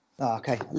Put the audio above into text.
okay